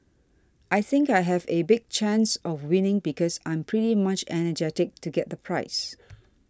I think I have a big chance of winning because I'm pretty much energetic to get the prize